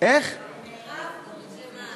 מירב תורג'מן.